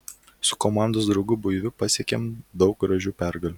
su komandos draugu buiviu pasiekėm daug gražių pergalių